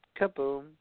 kaboom